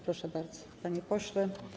Proszę bardzo, panie pośle.